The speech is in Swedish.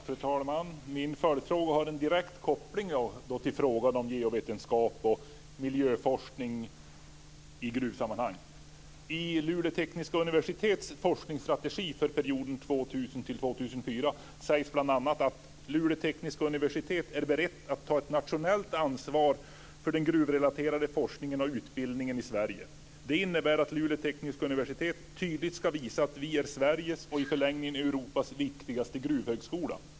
Fru talman! Min följdfråga har en direkt koppling till frågan om geovetenskap och miljöforskning i gruvsammanhang. I Luleå tekniska universitets forskningsstrategi för perioden 2000-2004 sägs bl.a. att Luleå tekniska universitet är berett att ta ett nationellt ansvar för den gruvrelaterade forskningen och utbildningen i Sverige. Det innebär att Luleå tekniska universitet tydligt ska visa att man är Sveriges, och i förlängningen Europas, viktigaste gruvhögskola.